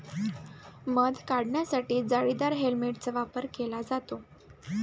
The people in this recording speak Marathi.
मध काढण्यासाठी जाळीदार हेल्मेटचा वापर केला जातो